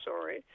sorry